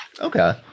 Okay